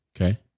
Okay